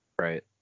Right